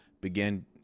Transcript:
began